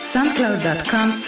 Soundcloud.com